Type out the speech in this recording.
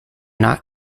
not